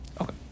Okay